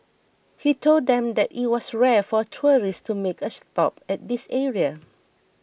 he told them that it was rare for tourists to make a stop at this area